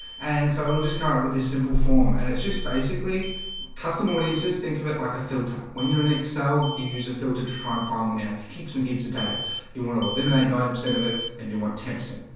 and so it'll just come up with this simple form and it's just basically custom audiences think of it like a filter when you're in excel you use a filter to farm farm when you have heaps and heaps of data you want to eliminate ninety percent of it and you want tempting.